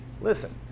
listen